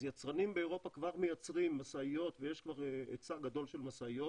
אז יצרנים באירופה כבר מייצרים משאיות ויש כבר היצע גדול של משאיות.